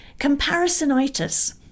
comparisonitis